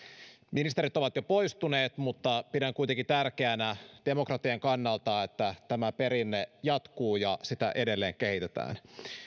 ministerit ovat jo poistuneet mutta pidän kuitenkin tärkeänä demokratian kannalta että tämä perinne jatkuu ja sitä edelleen kehitetään